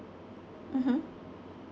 mmhmm